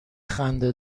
خنده